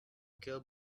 kill